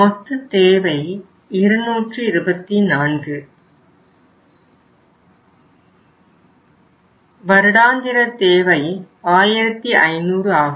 மொத்த தேவை 224 வருடாந்திர தேவை 1500 ஆகும்